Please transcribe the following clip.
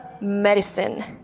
medicine